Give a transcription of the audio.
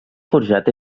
forjat